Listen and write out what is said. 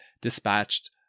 dispatched